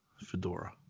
Fedora